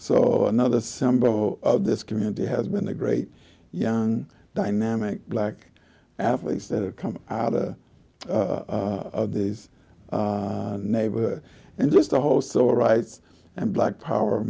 so another symbol of this community has been the great young dynamic black athletes that are coming out of these neighborhoods and just the whole civil rights and black power